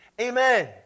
Amen